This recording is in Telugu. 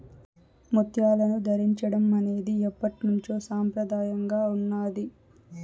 ముత్యాలను ధరించడం అనేది ఎప్పట్నుంచో సంప్రదాయంగా ఉన్నాది